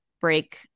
break